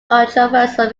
controversial